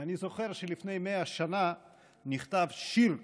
אני זוכר שלפני 100 שנה נכתב שם שיר כזה,